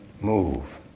move